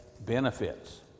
benefits